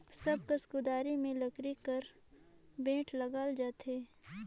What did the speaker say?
सब कस कुदारी मे लकरी कर बेठ लगाल जाथे